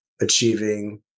achieving